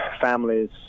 families